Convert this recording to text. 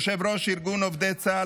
יושב-ראש ארגון עובדי צה"ל,